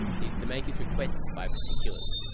he's to make his requests by particulars,